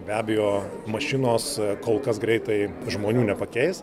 be abejo mašinos kol kas greitai žmonių nepakeis